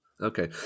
Okay